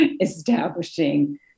establishing